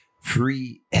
Free